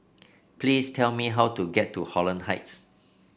please tell me how to get to Holland Heights